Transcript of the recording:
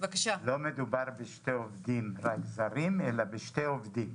לא מדובר בשני עובדים זרים אלא בשני עובדים.